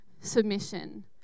submission